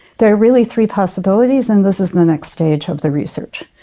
there are really three possibilities, and this is the next stage of the research.